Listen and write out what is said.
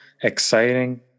exciting